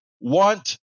want